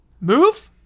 move